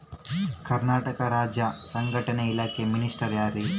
ಕರ್ನಾಟಕ ರಾಜ್ಯದ ಸಂಘಟನೆ ಇಲಾಖೆಯ ಮಿನಿಸ್ಟರ್ ಯಾರ್ರಿ?